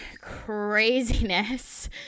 craziness